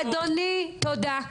אדוני - תודה.